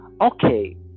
okay